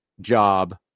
job